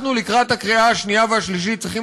לקראת הקריאה השנייה והשלישית אנחנו צריכים